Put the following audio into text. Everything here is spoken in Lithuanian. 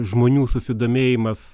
žmonių susidomėjimas